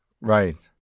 Right